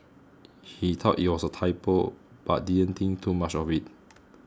he thought it was a typo but didn't think too much of it